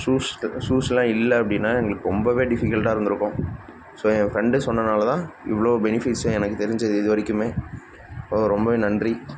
shoes ஷூஸ்ஸெல்லாம் இல்லை அப்படின்னா எங்களுக்கு ரொம்பவே டிஃபிகல்ட்டாக இருந்திருக்கும் ஸோ என் ஃப்ரெண்டு சொன்னனால் தான் இவ்வளோ பெனிஃபிட்ஸ்ஸும் எனக்கு தெரிஞ்சுது இது வரைக்குமே ஸோ ரொம்பவே நன்றி